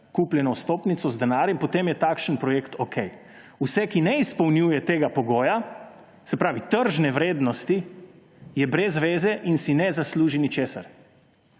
kupljeno vstopnico z denarjem, potem je takšen projekt okej. Vse, ki ne izpolnjuje tega pogoja, se pravi tržne vrednosti, je brez zveze in si ne zasluži ničesar.